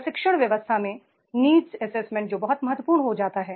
प्रशिक्षण व्यवस्था में नीड्स असेसमेंट जो बहुत महत्वपूर्ण हो जाता है